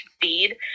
feed